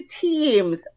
teams